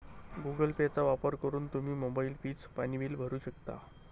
Google पेचा वापर करून तुम्ही मोबाईल, वीज, पाणी बिल भरू शकता